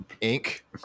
ink